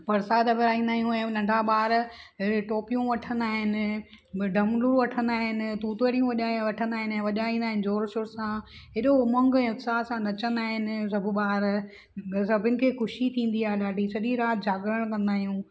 परसाद विरिहाईंदा आहियूं ऐं हू नंढा ॿार हेड़ियूं टोपियूं वठंदा आहिनि डमरू वठंदा आहिनि तूतरियूं वॼाए वठंदा आहिनि ऐं वॼाईंदा आहिनि जोर शोर सां हेॾो उमंग ऐं उत्साह सां नचंदा आहिनि सभ ॿार सभिनि खे ख़ुशी थींदी आहे ॾाढी सॼी राति जागरण कंदा आहियूं